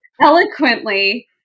eloquently